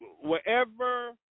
wherever